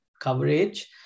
coverage